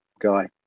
guy